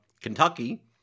Kentucky